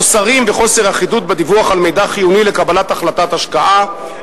חוסרים וחוסר אחידות בדיווח על מידע חיוני לקבלת החלטת השקעה,